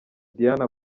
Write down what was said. diane